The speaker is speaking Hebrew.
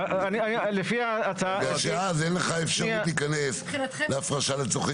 בגלל שאז אין לך אפשרות להיכנס להפרשה לצרכי